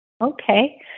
Okay